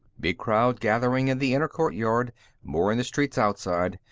big crowd gathering in the inner courtyard more in the streets outside.